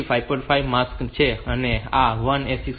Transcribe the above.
5 માટે માસ્ક છે અને આ 1 એ 6